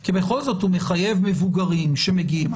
כי בכל זאת הוא מחייב מבוגרים שמגיעים,